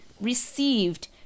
received